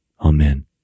Amen